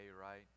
right